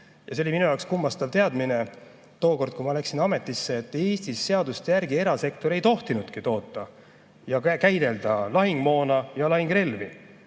Ja see oli minu jaoks kummastav teadmine tookord, kui ma asusin ametisse, et Eestis seaduste järgi erasektor ei tohtinudki toota ja käidelda lahingumoona ja lahingurelvi.